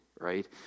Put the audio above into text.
right